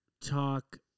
talk